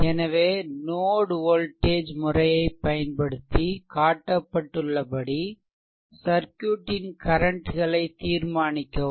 எனவே node voltage முறையைப் பயன்படுத்தி காட்டப்பட்டுள்ளபடி சர்க்யூட் ன் கரன்ட்களை தீர்மானிக்கவும்